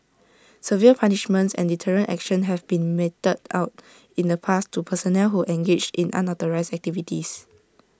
severe punishments and deterrent action have been meted out in the past to personnel who engaged in unauthorised activities